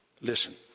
Listen